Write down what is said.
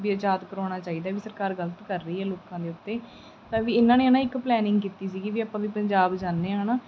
ਵੀ ਆਜ਼ਾਦ ਕਰਾਉਣਾ ਚਾਹੀਦਾ ਵੀ ਸਰਕਾਰ ਗਲਤ ਕਰ ਰਹੀ ਹੈ ਲੋਕਾਂ ਦੇ ਉੱਤੇ ਤਾਂ ਵੀ ਇਹਨਾਂ ਨੇ ਨਾ ਇੱਕ ਪਲੈਨਿੰਗ ਕੀਤੀ ਸੀਗੀ ਵੀ ਆਪਾਂ ਵੀ ਪੰਜਾਬ ਜਾਂਦੇ ਹਾਂ ਹੈ ਨਾ